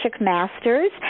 Masters